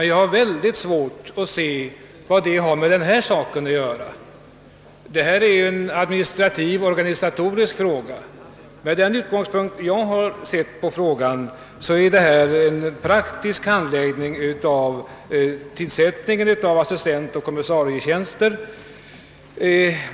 Jag har emellertid mycket svårt att se vad den frågan har att göra med den sak det här gäller. Jag har sett ärendet från den utgångspunkten att det avser den praktiska handläggningen av frågor angående tillsättning av assistentoch kommissarietjänster.